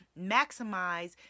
maximize